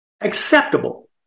acceptable